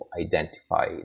identify